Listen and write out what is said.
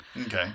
Okay